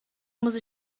muss